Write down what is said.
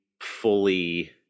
fully